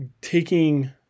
taking